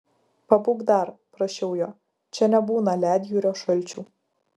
pabūk dar prašiau jo čia nebūna ledjūrio šalčių